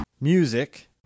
Music